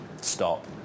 stop